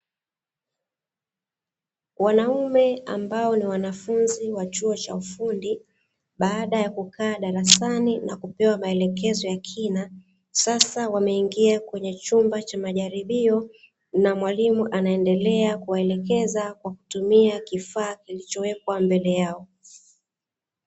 Wanaume ambao ni wanafunzi wa chuo cha ufundi baada ya kukaa darasani na kupewa maelekezo ya kina, sasa wameingia kwenye chumba cha majaribio na mwalimu anaendelea kuwaelekeza kwa kutumia kifaa kilichowekwa mbele yao.